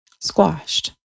squashed